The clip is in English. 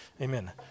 Amen